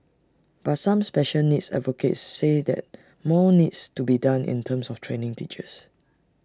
but some special needs advocates say that more needs to be done in terms of training teachers